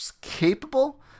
capable